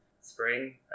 spring